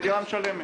המדינה משלמת.